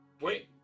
Wait